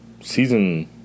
season